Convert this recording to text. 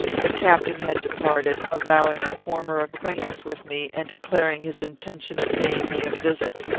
the captain had departed, avowing a former acquaintance with me, and declaring his intention of paying me a visit.